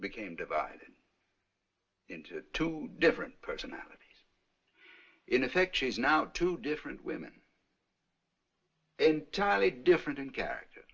became divided into two different personalities in effect she's now two different women entirely different in character